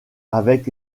avec